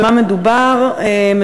תיבת המיילים בימים האחרונים,